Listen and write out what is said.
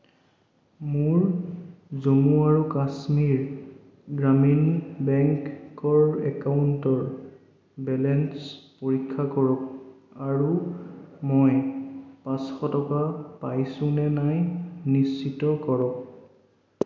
মোৰ জম্মু আৰু কাশ্মীৰ গ্ৰামীণ বেংকৰ একাউণ্টৰ বেলেঞ্চ পৰীক্ষা কৰক আৰু মই পাঁচশ টকা পাইছো নে নাই নিশ্চিত কৰক